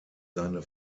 seine